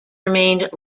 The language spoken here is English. remained